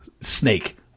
snake